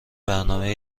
برنامه